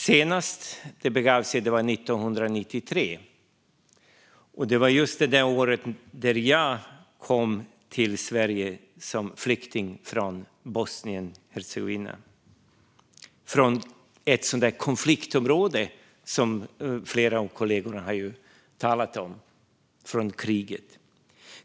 Senast det begav sig var 1993. Det var just det år jag kom till Sverige som flykting från Bosnien och Hercegovina, från ett konfliktområde som flera av kollegorna har talat om, från kriget.